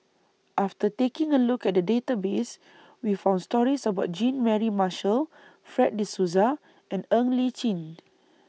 after taking A Look At The Database We found stories about Jean Mary Marshall Fred De Souza and Ng Li Chin